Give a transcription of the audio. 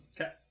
Okay